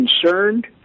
concerned